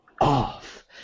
off